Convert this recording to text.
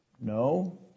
No